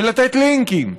ולתת לינקים,